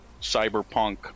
cyberpunk